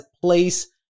place